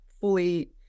fully